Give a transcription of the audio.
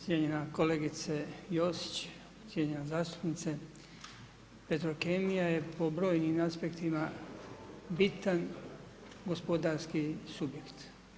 Cijenjena kolegice Josić, cijenjenja zastupnice, Petrokemija je po brojnim aspektima bitan gospodarski subjekt.